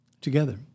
Together